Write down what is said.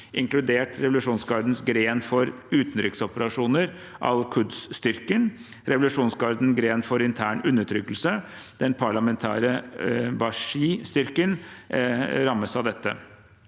inkludert revolusjonsgardens gren for utenriksoperasjoner, Al Quds-styrken, revolusjonsgardens gren for intern undertrykkelse, den paramilitære Basij-styrken – rammes av dette.